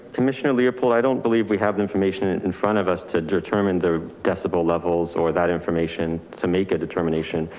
commissioner leopold. i don't believe we have the information in front of us to determine the decibel levels or that information to make a determination.